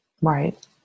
right